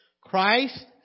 Christ